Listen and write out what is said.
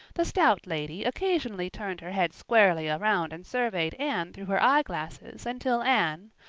the stout lady occasionally turned her head squarely around and surveyed anne through her eyeglasses until anne,